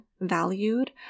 valued